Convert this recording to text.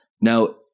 Now